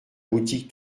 boutique